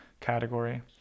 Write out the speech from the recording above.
category